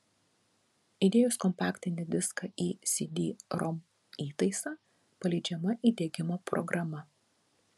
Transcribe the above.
įdėjus kompaktinį diską į cd rom įtaisą paleidžiama įdiegimo programa